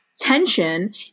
tension